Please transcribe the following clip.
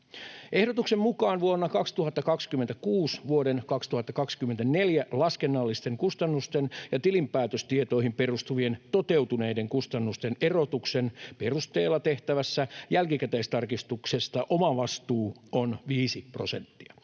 Ehdotuksen mukaan vuonna 2026 vuoden 2024 laskennallisten kustannusten ja tilinpäätöstietoihin perustuvien toteutuneiden kustannusten erotuksen perusteella tehtävässä jälkikäteistarkistuksessa omavastuu on viisi prosenttia.